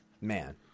man